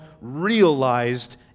realized